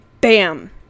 BAM